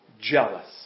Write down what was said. jealous